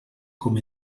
com